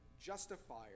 justifier